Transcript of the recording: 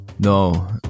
no